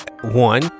one